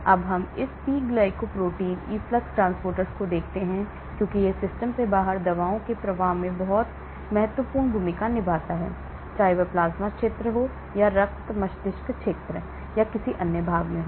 अब हम इस P glycoprotein efflux ट्रांसपोर्टर को देखते हैं क्योंकि यह सिस्टम से बाहर दवाओं के प्रवाह में बहुत महत्वपूर्ण भूमिका निभाता है चाहे वह प्लाज्मा क्षेत्र में हो या रक्त मस्तिष्क क्षेत्र या किसी अन्य भाग में हो